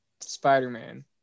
Spider-Man